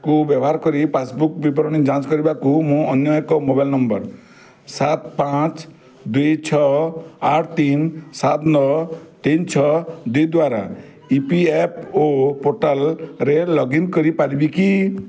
କୁ ବ୍ୟବହାର କରି ପାସ୍ବୁକ୍ ବିବରଣୀ ଯାଞ୍ଚ କରିବାକୁ ମୁଁ ଅନ୍ୟ ଏକ ମୋବାଇଲ୍ ନମ୍ବର୍ ସାତ ପାଞ୍ଚ ଦୁଇ ଛଅ ଆଠ ତିନି ସାତ ନଅ ତିନି ଛଅ ଦୁଇ ଦ୍ଵାରା ଇ ପି ଏଫ୍ ଓ ପୋର୍ଟାଲ୍ରେ ଲଗ୍ଇନ୍ କରିପାରିବି କି